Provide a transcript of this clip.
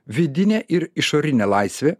vidinė ir išorinė laisvė